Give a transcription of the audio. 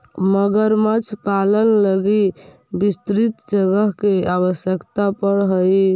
मगरमच्छ पालन लगी विस्तृत जगह के आवश्यकता पड़ऽ हइ